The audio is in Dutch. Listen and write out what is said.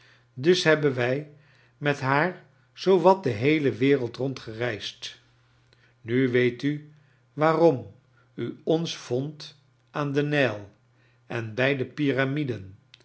dus hebben wij met haar zoo wat de heele wereld rondgereisd nu weet u waarom u ons vondt aan den niji en bij de pyramiden